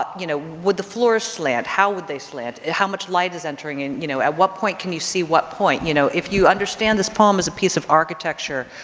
ah you know, would the floors slant? how would they slant? how much light is entering in? you know, at what point can you see what point? you know, if you understand this poem is a piece of architecture,